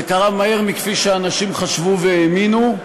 זה קרה מהר מכפי שאנשים חשבו והאמינו.